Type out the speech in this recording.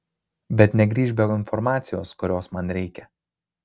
bet negrįžk be informacijos kurios man reikia